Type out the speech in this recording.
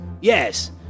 Yes